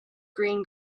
green